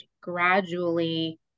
gradually